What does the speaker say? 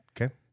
Okay